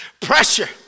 Pressure